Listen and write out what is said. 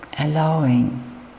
Allowing